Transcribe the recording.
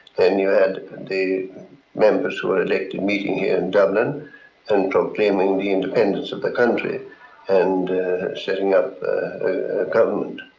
then you had the members who were elected meeting here in dublin and proclaiming the independence of the country and setting up a government.